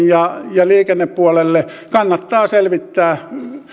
ja liikennepuolelle kannattaa selvittää